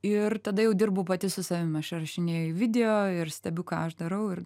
ir tada jau dirbu pati su savim aš įrašinėju video ir stebiu ką aš darau ir